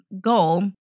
goal